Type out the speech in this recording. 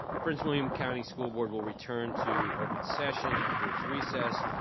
prince william county school board will return to open session after it's recess.